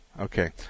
Okay